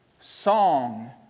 song